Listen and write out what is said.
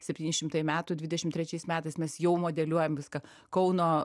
septyni šimtai metų dvidešim trečiais metais mes jau modeliuojam viską kauno